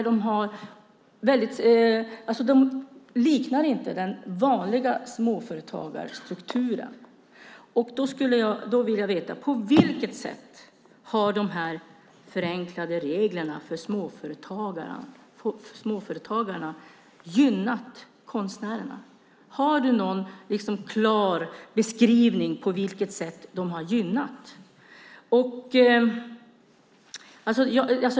Den liknar inte den vanliga småföretagsstrukturen. Därför skulle jag vilja veta följande: På vilket sätt har de förenklade reglerna för småföretagarna gynnat konstnärerna? Har du, Per Lodenius, någon klar beskrivning av på vilket sätt de har gynnat dem?